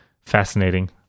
fascinating